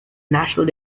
national